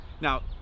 Now